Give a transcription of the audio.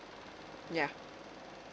ya